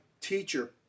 teacher